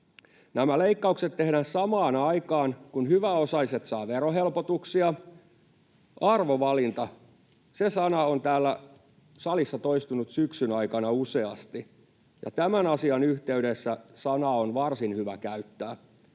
Nämä leikkaukset tehdään samaan aikaan, kun hyväosaiset saavat verohelpotuksia. Arvovalinta — se sana on täällä salissa toistunut syksyn aikana useasti, ja tämän asian yhteydessä sanaa on varsin hyvä käyttää.